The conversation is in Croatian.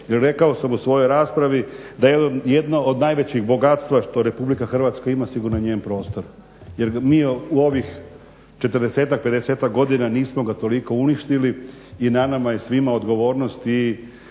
rekao sam u svojoj raspravi da jedna od najvećih bogatstava što Republika Hrvatska ima sigurno je njen prostor. Jer mi u ovih 40-ak, 50-ak godina nismo ga toliko uništili i na nama je svima odgovornost i